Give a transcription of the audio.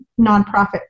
nonprofit